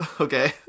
Okay